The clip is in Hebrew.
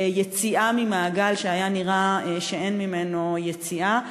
יציאה ממעגל שהיה נראה שאין ממנו יציאה.